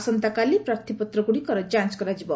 ଆସନ୍ତାକାଲି ପ୍ରାର୍ଥୀପତ୍ରଗୁଡ଼ିକର ଯାଞ୍ଚ କରାଯିବ